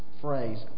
phrase